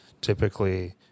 typically